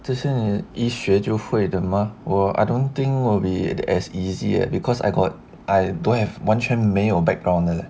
这些你一学就会的吗我 I don't think will be as easy eh because I got I don't have 完全没有 background 的 leh